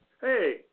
Hey